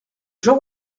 jean